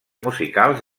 musicals